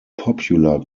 popular